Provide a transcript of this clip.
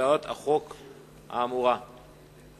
וכן הצעת חוק הביטוח הלאומי (תיקון מס' 108)